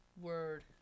Word